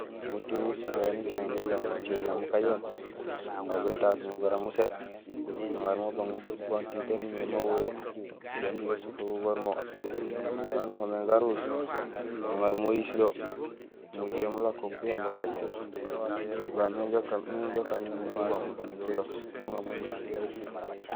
Muting musilay éni ucaméén bébang mo piyo jambi mukajéén, aw bétaas mo jaraam muséét nuŋaar mo ubang tiin taan numimé mawoyé jambi gasupee gugoor mo wala nuhoméén garuus nuŋaar mo uyís do, mujuhé mulako piyo bakajénut. Oli babé mé inja ukaan mémé nuju ubang muting piyo imbi uŋamo nusiil